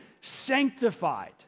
sanctified